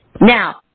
Now